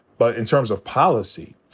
but in terms of policy,